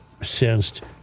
sensed